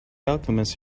alchemist